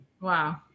Wow